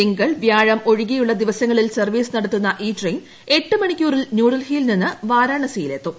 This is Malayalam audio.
തിങ്കൾ വ്യാഴം ഒഴികെയുള്ള ദിവസങ്ങളിൽ സർവ്വീസ് നടത്തുന്ന ഈ ട്രെയിൻ എട്ടു മണിക്കൂറിൽ ന്യൂഡൽഹിയിൽ നിന്ന് വാരാണസിയിൽ എത്തും